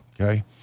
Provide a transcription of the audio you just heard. Okay